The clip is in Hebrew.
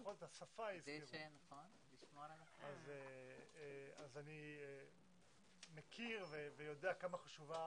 אז אני מכיר ויודע כמה חשובה